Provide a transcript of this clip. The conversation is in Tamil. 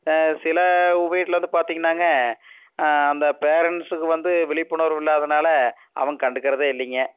சில வீட்டில் வந்து பார்த்தீங்கன்னாங்க அந்த பேரண்ட்ஸுக்கு வந்து விழிப்புணர்வு இல்லாததுனால் அவங்க கண்டுக்கிறதே இல்லைங்க